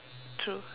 true